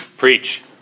Preach